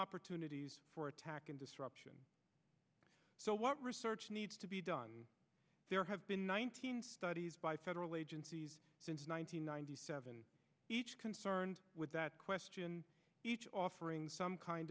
opportunities for attack and disruption so what research needs to be done there have been one studies by federal agencies since one nine hundred ninety seven each concerned with that question each offering some kind